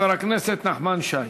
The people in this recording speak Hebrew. ואחריו, חבר הכנסת נחמן שי.